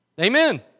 Amen